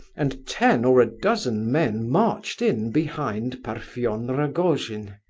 and ten or a dozen men marched in behind parfen rogojin.